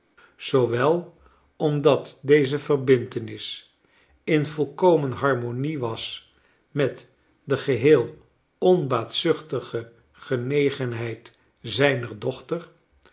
zoowel omdat deze verbintenis in volkomen harmonie was met de geheel onbaatzuchtige genegenheid zijner dochter